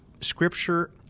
Scripture